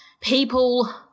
people